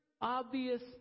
obvious